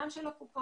גם של הקופות.